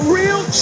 real